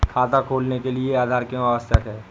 खाता खोलने के लिए आधार क्यो आवश्यक है?